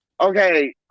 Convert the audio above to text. okay